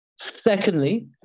Secondly